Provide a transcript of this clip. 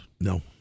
No